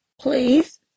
please